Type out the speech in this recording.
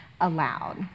aloud